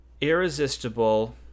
Irresistible